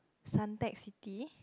Suntec-City